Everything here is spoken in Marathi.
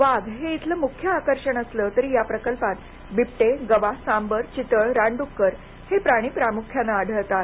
वाघ हे इथले मुख्य आकर्षण असले तरी या प्रकल्पात बिबट गवा सांबर चितळ रानड्क्कर हे प्राणी प्रामुख्याने आढळतात